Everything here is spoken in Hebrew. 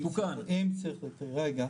אם צריך לתקן,